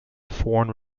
foreign